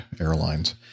airlines